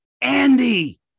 Andy